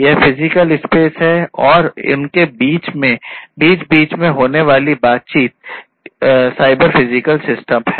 यह physical space है और उनके बीच बीच में होने वाली बातचीत साइबर फिजिकल सिस्टम है